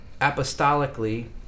apostolically